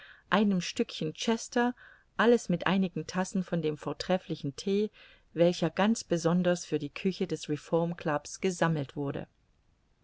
einem stückchen chester alles mit einigen tassen von dem vortrefflichen thee welcher ganz besonders für die küche des reformclubs gesammelt wurde